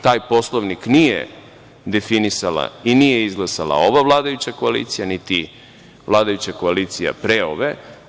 Taj Poslovnik nije definisala i nije izglasala ova vladajuća koalicija, niti vladajuća koalicija pre ove.